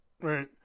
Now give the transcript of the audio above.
right